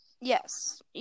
Yes